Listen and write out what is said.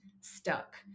stuck